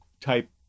type